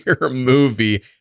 movie